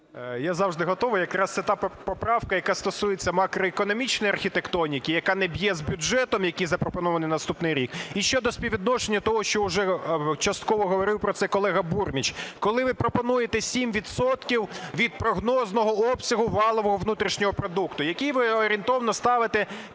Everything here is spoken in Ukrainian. Я завжди готовий. Якраз це та поправка, яка стосується макроекономічної архітектоніки. Яка не б'є з бюджетом, який запропонований на наступний рік. І щодо співвідношення того, що уже частково говорив про це колега Бурміч. Коли ви пропонуєте 7 відсотків від прогнозного обсягу валового внутрішнього продукту, який ви орієнтовно ставите